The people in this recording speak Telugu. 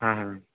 ఆహా